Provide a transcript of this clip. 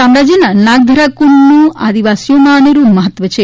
શામળાજીના નાગધરા કુંડનું આદિવાસીઓમાં અનેરૂં મહત્વ છે